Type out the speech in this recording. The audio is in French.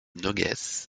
noguès